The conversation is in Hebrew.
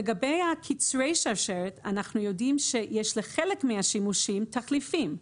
לגבי קצרי השרשרת: אנחנו יודעים שלחלק מהשימושים יש תחליפים.